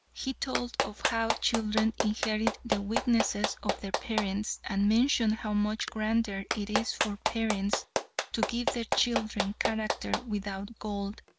he told of how children inherit the weaknesses of their parents, and mentioned how much grander it is for parents to give their children character without gold,